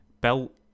belt